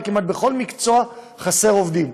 וכמעט בכל מקצוע חסרים עובדים,